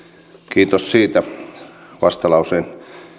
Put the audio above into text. kiitos siitä vastalauseen